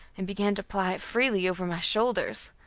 and began to ply it freely over my shoulders.